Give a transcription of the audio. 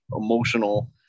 emotional